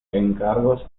encargos